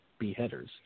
beheaders